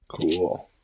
Cool